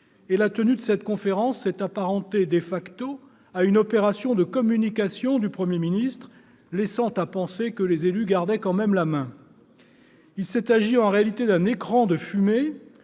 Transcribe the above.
et la tenue de cette conférence s'est apparentée à une opération de communication du Premier ministre, laissant à penser que les élus gardaient tout de même la main. Il s'est agi en réalité d'un écran de fumée,